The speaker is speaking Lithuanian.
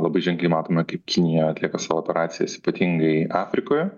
labai ženkliai matome kaip kinija atlieka savo operacijas ypatingai afrikoje